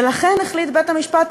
ולכן החליט בית-המשפט,